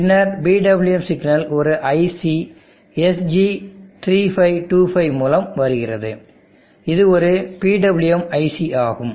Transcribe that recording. பின்னர் PWM signal ஒரு IC SG3 525 மூலம் வருகிறது இது ஒரு PWM IC ஆகும்